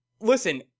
Listen